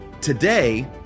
Today